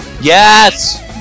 Yes